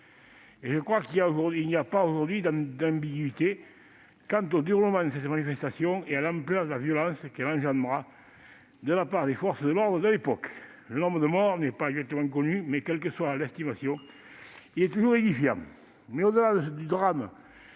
». Je crois qu'il n'y a aujourd'hui plus aucune ambiguïté quant au déroulement de cette manifestation et à l'ampleur de la violence qu'elle engendra alors de la part des forces de l'ordre. Le nombre de morts n'est pas exactement connu, mais, quelle que soit l'estimation, il est toujours édifiant. Au-delà du drame